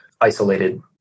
isolated